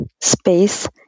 space